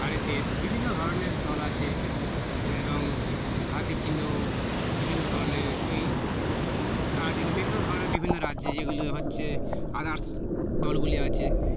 আর S S বিভিন্ন ধরনের দল আছে এবং হাতি চিহ্ন বিভিন্ন ধরনের এই তারা চিহ্ন বিভিন্ন ধরনের বিভিন্ন রাজ্যে যেগুলি হচ্ছে আদার্স দলগুলি আছে